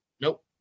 Nope